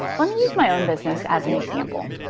let me use my own business as an example.